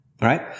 Right